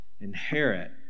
inherit